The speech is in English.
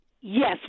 Yes